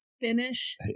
finish